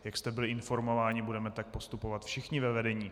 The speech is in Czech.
Jak jste byli informováni, budeme tak postupovat všichni ve vedení.